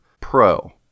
pro